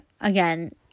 again